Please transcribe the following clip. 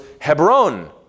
Hebron